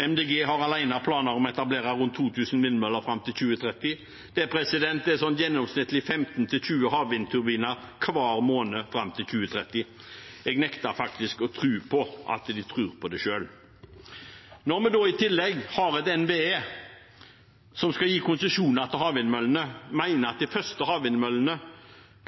MDG har alene planer om å etablere rundt 2 000 vindmøller fram til 2030. Det er sånn gjennomsnittlig 15–20 havvindturbiner hver måned fram til 2030. Jeg nekter faktisk å tro at de tror på det selv. Når vi da i tillegg har et NVE som skal gi konsesjoner til havvindmøllene og mener at de første havvindmøllene